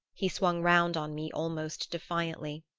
he swung round on me almost defiantly.